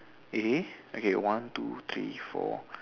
okay one two three four